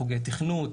חוגי תכנות,